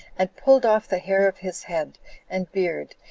and pulled off the hair of his head and beard,